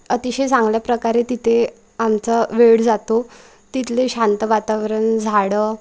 अतिशय चांगल्या प्रकारे तिथे आमचा वेळ जातो तिथले शांत वातावरण झाडं